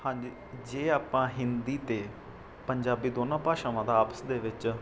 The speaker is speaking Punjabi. ਹਾਂਜੀ ਜੇ ਆਪਾਂ ਹਿੰਦੀ ਅਤੇ ਪੰਜਾਬੀ ਦੋਨਾਂ ਭਾਸ਼ਾਵਾਂ ਦਾ ਆਪਸ ਦੇ ਵਿੱਚ